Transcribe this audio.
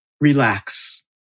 relax